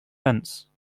fence